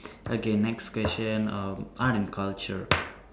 okay next question um art and culture